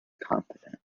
confident